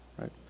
right